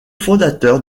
fondateur